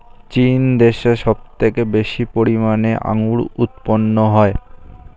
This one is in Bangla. চীন দেশে সব থেকে বেশি পরিমাণে আঙ্গুর উৎপন্ন হয়